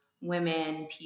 women